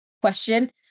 question